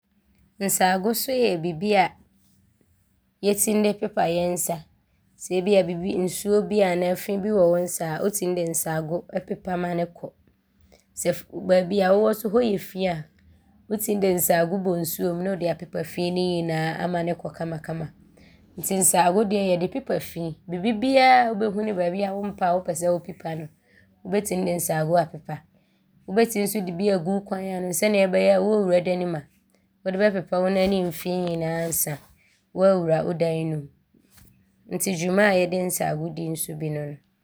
Nsaago so yɛ bibi a yɛtim de pepa yɛ nsa sɛ ebia nsuo bi anaa fii wɔ wo nsa a, wotim de nsaago pepa ma ne kɔ. Sɛ baabi a wowɔ so hɔ yɛ fii a, wotim de nsaago bɔ nsuom ne wode apepa fii ne nyinaa ama ne kɔ kamakama nti nsaago deɛ yɛde pepa fi. Bibiaa a wobɛhu ne baabi a wompɛ a wompɛ a wopɛ sɛ wopepa no, wobɛtim de nsaago apepa. Wobɛtim so de bi aagu wo kwan ano sɛdeɛ ɛbɛyɛ a wɔɔwura dan mu a wode bɛpepa wo nanem fii nyinaa ansa woaawura wo dan ne mu nti dwuma a yɛde nsaago di bi so ne no.